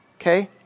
Okay